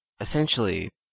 essentially